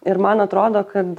ir man atrodo kad